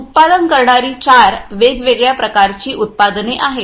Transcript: उत्पादन करणारी चार वेगवेगळ्या प्रकारची उत्पादने आहेत